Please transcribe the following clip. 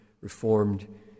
reformed